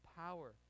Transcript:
power